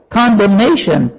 condemnation